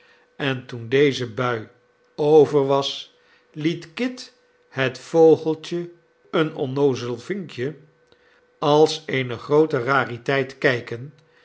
en toen deze bui over was liet kit het vogeltje een onnoozel vinkje als eene groote rariteit kijken